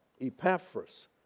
Epaphras